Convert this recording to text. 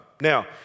Now